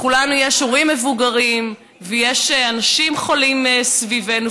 לכולנו יש הורים מבוגרים ויש אנשים חולים סביבנו,